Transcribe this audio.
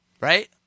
Right